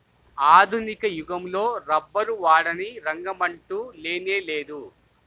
ఆధునిక యుగంలో రబ్బరు వాడని రంగమంటూ లేనేలేదు